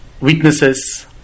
witnesses